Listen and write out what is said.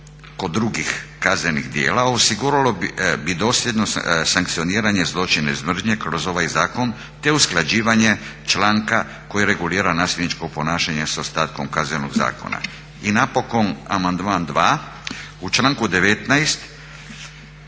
kod drugih kaznenih djela osiguralo bi dosljedno sankcioniranje zločina iz mržnje kroz ovaj zakon, te usklađivanje članka koji regulira nasilničko ponašanje s ostatkom kaznenog zakona. I napokon amandman 2, u članku 19.kojim